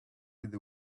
with